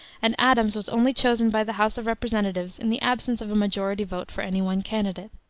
and adams was only chosen by the house of representatives in the absence of a majority vote for any one candidate.